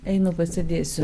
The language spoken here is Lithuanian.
einu pasėdėsiu